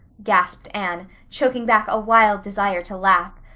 gasped anne, choking back a wild desire to laugh.